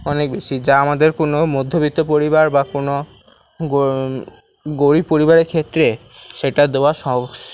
অনেক বেশি যা আমাদের কোন মধ্যবিত্ত পরিবার বা কোন গরীব পরিবারের ক্ষেত্রে সেটা দেওয়া